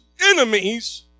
enemies